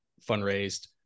fundraised